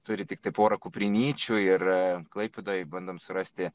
turi tiktai pora kuprinyčių ir klaipėdoj bandom surasti